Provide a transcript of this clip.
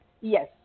Yes